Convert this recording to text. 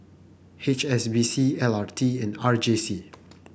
H S B C L R T and R J C